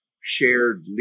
shared